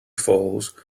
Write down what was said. falls